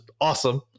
awesome